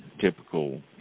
typical